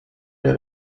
der